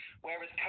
Whereas